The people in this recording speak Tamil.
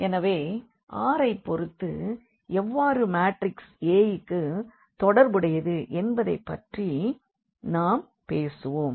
எனவே r ஐ பொறுத்து எவ்வாறு மாற்றிக்ஸ் A க்கு தொடர்புடையது என்பதைப்பற்றி நாம் பேசுவோம்